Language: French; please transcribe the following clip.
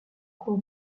cour